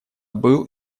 был